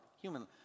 human